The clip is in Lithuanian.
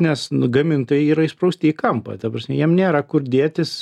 nes nu gamintojai yra įsprausti į kampą ta prasme jiem nėra kur dėtis